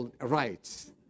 rights